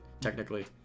technically